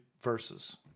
verses